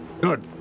Good